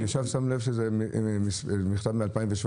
אני עכשיו שם לב שזה מכתב מ-2017.